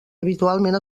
habitualment